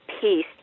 peace